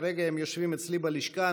כרגע הם יושבים אצלי בלשכה,